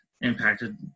impacted